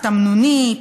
תמנוני,